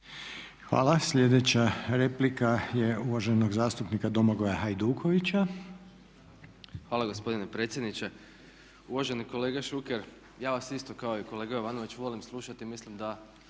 Hvala. Sljedeća replika je uvaženog zastupnika Domagoja Hajdukovića. **Hajduković, Domagoj (SDP)** Hvala gospodine predsjedniče. Uvaženi kolega Šuker ja vas isto kao i kolega Jovanović volim slušati i mislim da